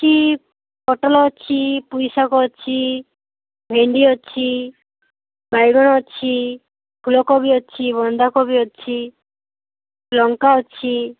କି ପୋଟଲ ଅଛି ପୁଇ ଶାଗ ଅଛି ଭେଣ୍ଡି ଅଛି ବାଇଗଣ ଅଛି ଫୁଲକୋବି ଅଛି ବନ୍ଧାକୋବି ଅଛି ଲଙ୍କା ଅଛି